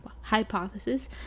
hypothesis